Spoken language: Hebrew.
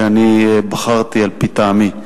שאני בחרתי על-פי טעמי.